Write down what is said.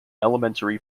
elementary